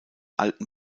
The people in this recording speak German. alten